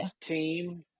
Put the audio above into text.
team